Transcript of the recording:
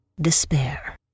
Despair